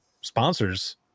sponsors